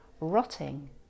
Rotting